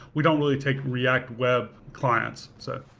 we don't really take react web clients. so